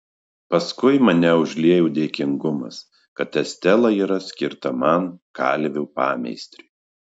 paskui mane užliejo dėkingumas kad estela yra skirta man kalvio pameistriui